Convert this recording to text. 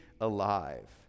alive